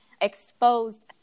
exposed